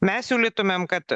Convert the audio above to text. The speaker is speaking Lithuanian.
mes siūlytumėm kad